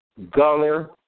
Guller